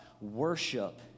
worship